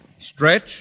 Stretch